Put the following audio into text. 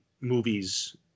movies